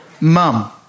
Mum